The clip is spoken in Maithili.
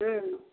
हुँ